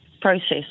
process